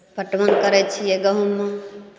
पटवन करै छियै गहूॅंममे